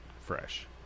fresh